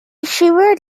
shivered